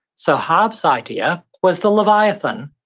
so hobbes idea was the leviathan,